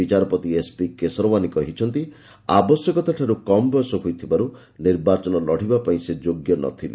ବିଚାରପତି ଏସ୍ପି କେଶରୱାନି କହିଛନ୍ତି ଆବଶ୍ୟକତାଠାରୁ କମ୍ ବୟସ ହୋଇଥିବାରୁ ନିର୍ବାଚନ ଲଢ଼ିବା ପାଇଁ ସେ ଯୋଗ୍ୟ ନ ଥିଲେ